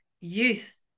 youth